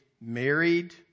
married